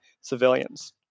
civilians